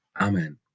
Amen